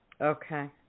Okay